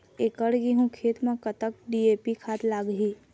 एकड़ गेहूं खेत म कतक डी.ए.पी खाद लाग ही?